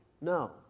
No